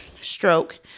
stroke